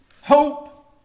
hope